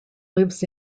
lives